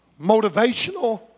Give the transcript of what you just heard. motivational